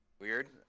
Weird